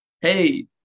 Hey